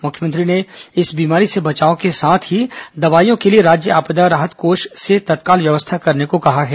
मुख्यमंत्री ने इस बीमारी से बचाव के साथ ही दवाईयों के लिए राज्य आपदा राहत कोष से तत्काल व्यवस्था करने को कहा है